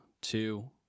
two